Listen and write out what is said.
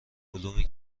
علومی